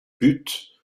but